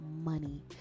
money